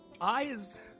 Eyes